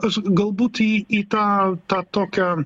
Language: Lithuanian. aš galbūt į į tą tą tokią